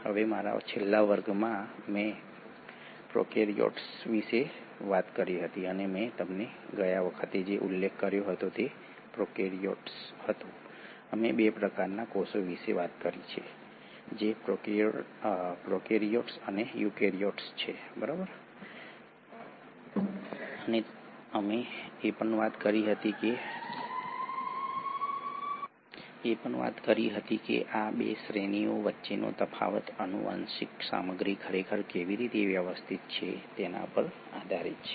હવે મારા છેલ્લા વર્ગમાં મેં પ્રોકેરિઓટ્સ વિશે વાત કરી હતી અને મેં તમને ગયા વખતે જે ઉલ્લેખ કર્યો હતો તે તે પ્રોકેરિઓટ્સ હતો અમે 2 પ્રકારના કોષો વિશે વાત કરી જે પ્રોકેરીયોટ્સ અને યુકેરીયોટ્સ છે અને અમે વાત કરી હતી કે આ 2 શ્રેણીઓ વચ્ચેનો તફાવત આનુવંશિક સામગ્રી ખરેખર કેવી રીતે વ્યવસ્થિત છે તેના પર આધારિત છે